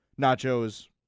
nachos